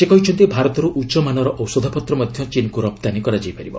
ସେ କହିଛନ୍ତି ଭାରତରୁ ଉଚ୍ଚମାନର ଔଷଧପତ୍ର ମଧ୍ୟ ଚୀନ୍କୁ ରପ୍ତାନୀ ହୋଇପାରିବ